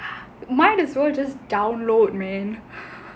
might as well just download man